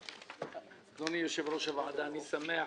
אדוני יושב-ראש הוועדה, אני שמח